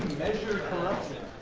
measure corruption?